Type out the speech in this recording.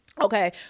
okay